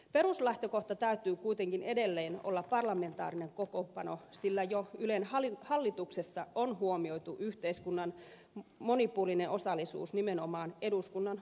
peruslähtökohdan täytyy kuitenkin edelleen olla parlamentaarinen kokoonpano sillä jo ylen hallituksessa on huomioitu yhteiskunnan monipuolinen osallisuus nimenomaan eduskunnan ulkopuolelta